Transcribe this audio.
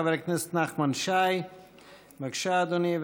חבר הכנסת נחמן שי, בבקשה, אדוני.